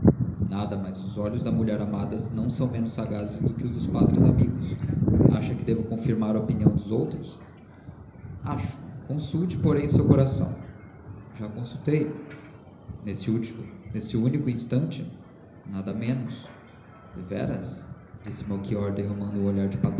nada mas os olhos da mulher amada não são menos sagazes que os dos padres amigos acha que devo confirmar a opinião dos outros acho consulte porém seu coração já consultei neste único instante nada menos deveras disse melchior derramando um olhar de